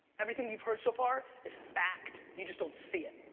everything you've heard so far is fact. you just don't see it.